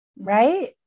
Right